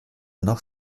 noch